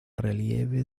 relieve